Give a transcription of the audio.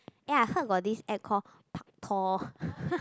ya I heard got this app called Paktor